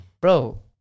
bro